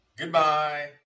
Goodbye